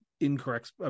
incorrect